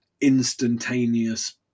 instantaneous